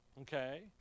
okay